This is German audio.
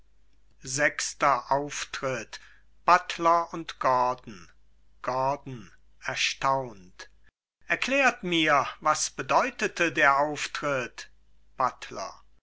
sechster auftritt buttler und gordon gordon erstaunt erklärt mir was bedeutete der auftritt buttler